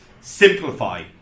simplify